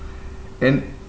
and